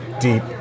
deep